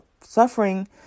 suffering